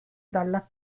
dalla